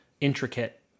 intricate